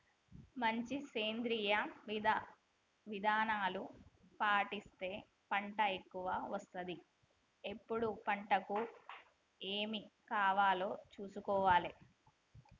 మంచి సేంద్రియ విధానాలు పాటిస్తే పంట ఎక్కవ వస్తది ఎప్పుడు పంటకు ఏమి కావాలో చూసుకోవాలే